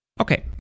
Okay